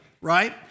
right